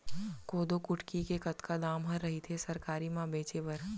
कोदो कुटकी के कतका दाम ह रइथे सरकारी म बेचे बर?